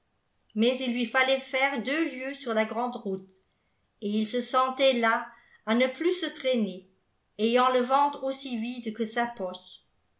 mais il lui fallait faire deux lieues sur la grand'route et il se sentait las à ne plus se traîner ayant le ventre aussi vide que sa poche